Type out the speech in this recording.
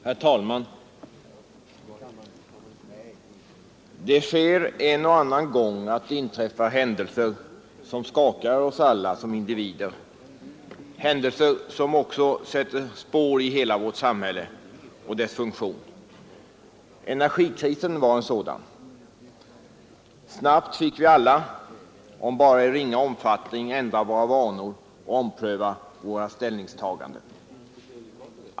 Herr talman! Det sker en och annan gång att det inträffar händelser som skakar om oss alla som individer, händelser som också sätter spår i hela vårt samhälle och dess funktion. Energikrisen var en sådan. Snabbt fick vi alla, om också bara i ringa omfattning, ändra våra vanor och ompröva våra ställningstaganden.